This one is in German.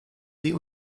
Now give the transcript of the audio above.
sie